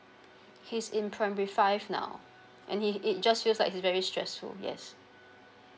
he's in primary five now and he it just feels like he's very stressful yes